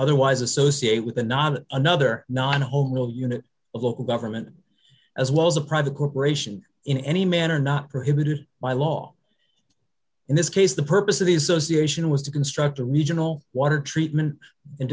otherwise associate with the not another not whole no unit of local government as well as a private corporation in any manner not prohibited by law in this case the purpose of the association was to construct a regional water treatment and